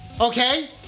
Okay